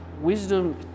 wisdom